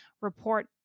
report